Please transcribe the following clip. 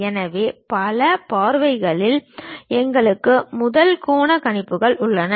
எனவே பல பார்வைகளில் எங்களுக்கு முதல் கோண கணிப்புகள் உள்ளன